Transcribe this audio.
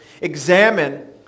examine